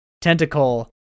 Tentacle